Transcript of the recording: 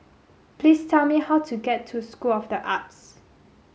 please tell me how to get to School of the Arts